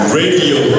radio